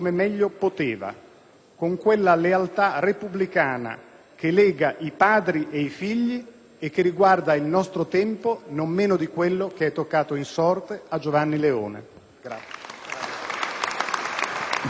con quella lealtà repubblicana che lega i padri e i figli, e che riguarda il nostro tempo non meno di quello che è toccato in sorte a Giovanni Leone.